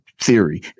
theory